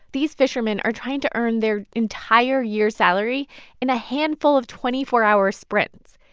these fishermen are trying to earn their entire year's salary in a handful of twenty four hour sprints.